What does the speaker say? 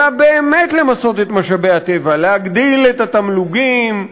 אלא באמת למסות את משאבי הטבע: להגדיל את התמלוגים,